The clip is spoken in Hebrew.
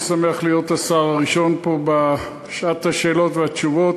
אני שמח להיות השר הראשון פה בשעת השאלות והתשובות.